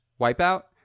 Wipeout